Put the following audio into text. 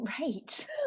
Right